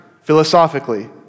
philosophically